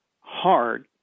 hard